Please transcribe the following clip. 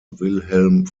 wilhelm